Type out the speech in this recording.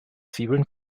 zwiebeln